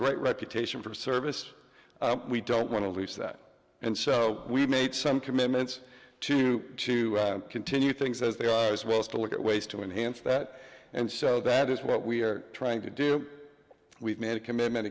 great reputation for service we don't want to lose that and so we've made some commitments to to continue things as they are as well as to look at ways to enhance that and so that is what we're trying to do we've made a commitment